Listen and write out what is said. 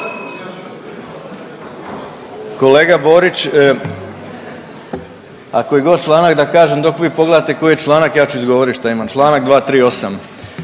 Kolega Borić, a kojigod članak da kažem dok vi pogledate koji je članak ja ću izgovorit šta imam, čl. 238.